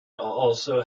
also